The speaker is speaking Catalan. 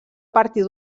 partir